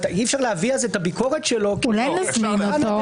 אי-אפשר להביא על זה את הביקורת שלו --- אולי נזמין את גרוניס?